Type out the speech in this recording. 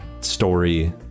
story